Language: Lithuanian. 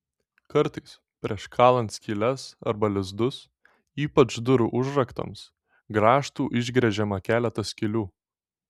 kartais prieš kalant skyles arba lizdus ypač durų užraktams grąžtu išgręžiama keletas skylių